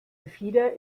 gefieder